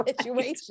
situation